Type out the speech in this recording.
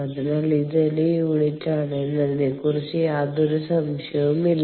അതിനാൽ ഇത് എന്റെ യൂണിറ്റാണ് എന്നതിനെക്കുറിച്ച് യാതൊരു സംശയവുമില്ല